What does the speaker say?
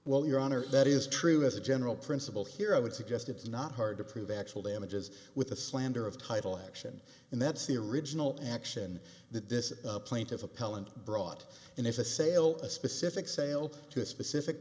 well your honor that is true as a general principle here i would suggest it's not hard to prove actual damages with a slander of title action and that's the original action that this plaintiff appellant brought in is a sale a specific sale to a specific